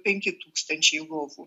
penki tūkstančiai lovų